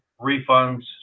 refunds